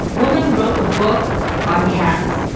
woman wrote the book on cats!